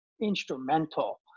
instrumental